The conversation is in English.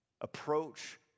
approach